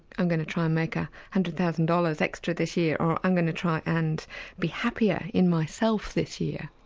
i'm going to try and make one ah hundred thousand dollars extra this year' or i'm going to try and be happier in myself this year.